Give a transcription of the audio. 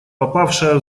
попавшая